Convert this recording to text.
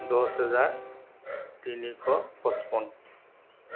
দহ হেজাৰ তিনিশ পঁচপন্ন